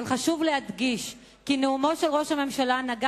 אבל חשוב להדגיש כי נאומו של ראש הממשלה נגע